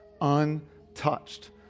untouched